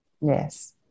Yes